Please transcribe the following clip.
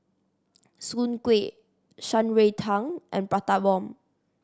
soon kway Shan Rui Tang and Prata Bomb